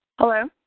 Hello